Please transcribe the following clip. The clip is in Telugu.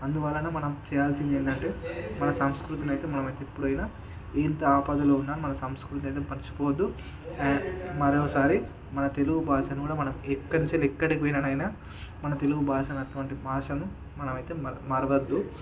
అందువలన మనం చేయాల్సిందేంటంటే మన సంస్కృతినైతే మనం ఎప్పుడైనా ఎంత ఆపదలో ఉన్న మన సంస్కృతనేది మర్చిపోవద్దు అండ్ మరోసారి మన తెలుగు భాషను మనం ఎక్కది నుంచి ఎక్కడికి పోయిననైనా మన తెలుగు భాషను అటువంటి భాషను మనమైతే మర మరవద్దు